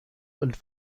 und